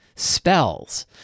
Spells